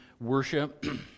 worship